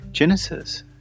Genesis